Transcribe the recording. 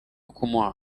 umuha